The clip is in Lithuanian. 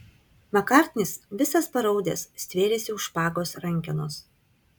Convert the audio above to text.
makartnis visas paraudęs stvėrėsi už špagos rankenos